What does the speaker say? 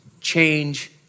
Change